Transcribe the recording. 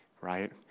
right